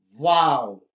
wow